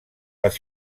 les